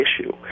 issue